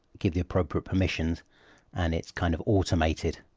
give the appropriate permissions and it's kind of automated.